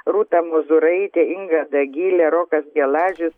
rūta mozūraitė inga dagilė rokas gelažius